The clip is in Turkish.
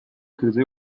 krize